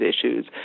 issues